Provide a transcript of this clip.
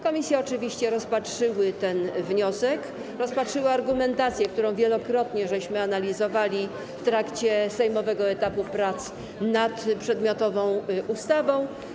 Komisje oczywiście rozpatrzyły ten wniosek, rozpatrzyły argumentację, którą wielokrotnie analizowaliśmy w trakcie sejmowego etapu prac nad przedmiotową ustawą.